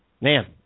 Man